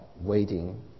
waiting